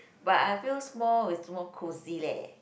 but I feel small is more cozy leh